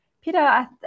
Peter